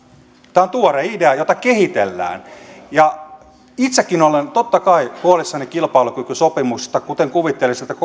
tämä on tuore idea jota kehitellään itsekin olen totta kai huolissani kilpailukykysopimuksesta kuten kuvittelisin että